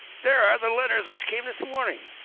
there are the letters which came this morning.